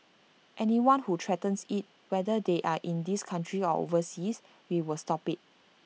anyone who threatens IT whether they are in this country or overseas we will stop IT